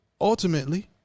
Ultimately